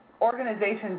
organizations